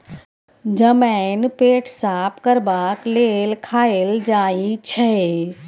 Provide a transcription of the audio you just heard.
जमैन पेट साफ करबाक लेल खाएल जाई छै